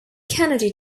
kennedy